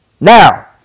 Now